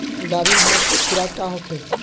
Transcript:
गाभिन भैंस के खुराक का होखे?